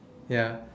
ya